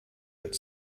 but